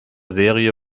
serie